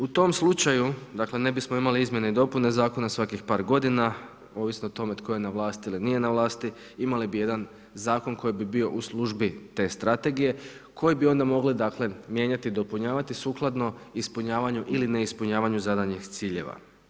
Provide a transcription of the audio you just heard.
U tom slučaju, dakle ne bismo imali izmjene i dopune zakona svakih par godina, ovisno o tome tko je na vlasti ili nije na vlasti, imali bi jedan zakon koji bi bio u službi te strategije, koje bi onda mogle mijenjati, dopunjavati sukladno ispunjavanju ili ne ispunjavanju zadanih ciljeva.